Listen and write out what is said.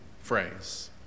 phrase